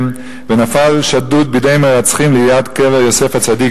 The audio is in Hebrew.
ונופל שדוד בידי מרצחים ליד קבר יוסף הצדיק,